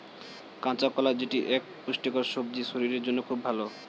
কাঁচা কলা যেটি এক পুষ্টিকর সবজি শরীরের জন্য খুব ভালো